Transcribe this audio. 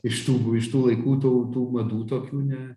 iš tų iš tų laikų tų tų madų tokių ne